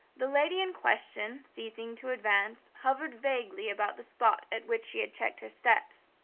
the lady in question, ceasing to advance, hovered vaguely about the spot at which she had checked her steps.